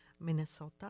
Minnesota